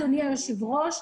אדוני היושב-ראש,